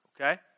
okay